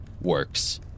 works